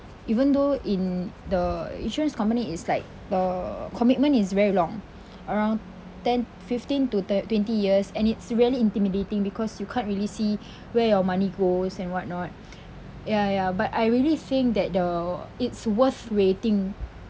even though in the insurance company is like the commitment is very long around ten fifteen to twen~ twenty years and it's really intimidating because you can't really see where your money goes and whatnot ya ya but I really think that the it's worth waiting